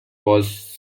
was